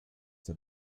der